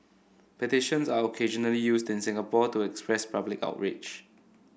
petitions are occasionally used in Singapore to express public outrage